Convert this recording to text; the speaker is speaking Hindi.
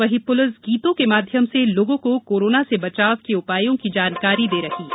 वहीं पुलिस गीतों के माध्यम से लोगों को कोरोना से बचाव के उपायों की जानकारी दे रही है